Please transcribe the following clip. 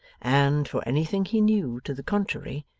and, for anything he knew to the contrary,